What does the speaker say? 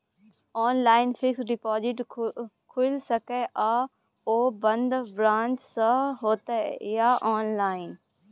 Online fixed deposit खुईल सके इ आ ओ बन्द ब्रांच स होतै या ऑनलाइन?